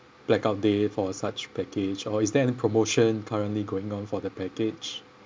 blackout date for such package or is there any promotion currently going on for the package